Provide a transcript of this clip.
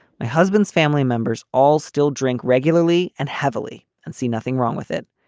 my husband's family members all still drink regularly and heavily and see nothing wrong with it.